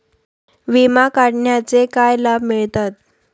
विमा काढण्याचे काय लाभ मिळतात?